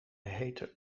hete